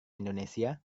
indonesia